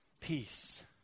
Peace